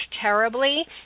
terribly